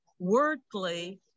wordplay